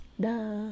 duh